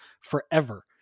forever